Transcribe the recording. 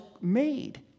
made